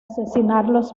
asesinarlo